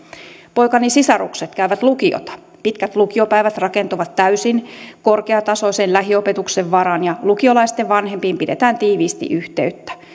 poikani sisarukset käyvät lukiota pitkät lukiopäivät rakentuvat täysin korkeatasoisen lähiopetuksen varaan ja lukiolaisten vanhempiin pidetään tiiviisti yhteyttä